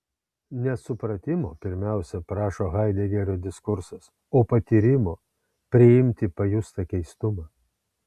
ne supratimo pirmiausia prašo haidegerio diskursas o patyrimo priimti pajustą keistumą